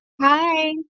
Hi